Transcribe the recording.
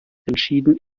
entschieden